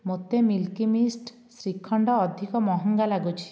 ମୋତେ Milky Mist shrikhand ଅଧିକ ମହଙ୍ଗା ଲାଗୁଛି